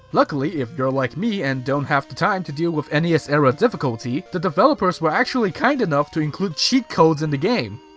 luckily if you're like me and don't have the time to deal with and nes-era difficulty, the developers were actually kind enough to include cheat codes in the game!